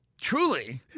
Truly